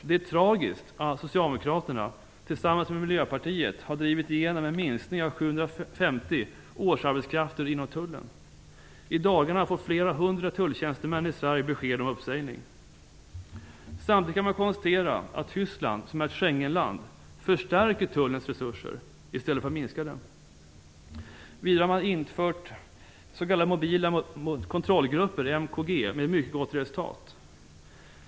Det är tragiskt att Socialdemokraterna tillsammans med Miljöpartiet har drivit igenom en minskning med 750 årsarbetskrafter inom tullen. I dagarna får flera hundra tulltjänstemän i Samtidigt kan man konstatera att Tyskland, som är ett Schengenland, förstärker tullens resurser i stället för att minska dem. Vidare har man infört s.k. mobila kontrollgrupper, MKG, med mycket gott resultat.